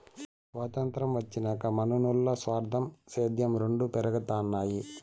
సొతంత్రం వచ్చినాక మనునుల్ల స్వార్థం, సేద్యం రెండు పెరగతన్నాయి